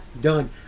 Done